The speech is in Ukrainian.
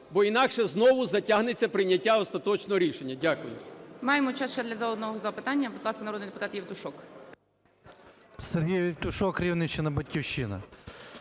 бо інакше знову затягнеться прийняття остаточного рішення. Дякую.